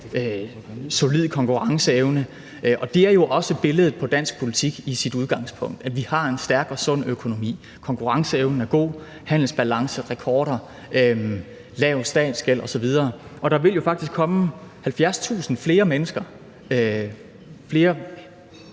solid konkurrenceevne. Det er jo også billedet på dansk politik i sit udgangspunkt, at vi har en stærk og sund økonomi. Konkurrenceevnen er god, der er handelsbalancerekorder, lav statsgæld osv., og der vil jo faktisk komme 70.000 mennesker til